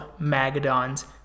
Magadon's